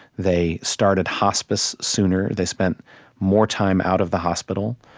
they started hospice sooner. they spent more time out of the hospital.